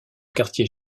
quartier